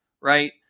right